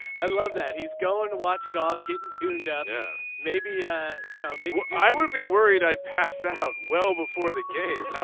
i love that he's going to watch golf getting tuned out. yeah maybe you ah yeah maybe i would be worried i'd pass out well before the game. i